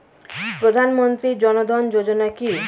প্রধানমন্ত্রী জনধন যোজনা কি?